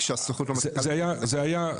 כשהסוכנות לא --- זה היה,